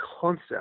concept